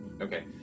Okay